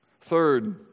Third